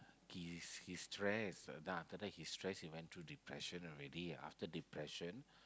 he is he's stressed then after that he stressed he went through depression already after depression